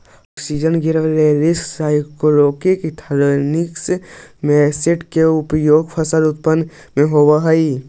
auxin, gibberellins, cytokinin, ethylene, abscisic acid के उपयोग फल के उत्पादन में होवऽ हई